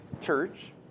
church